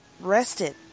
rested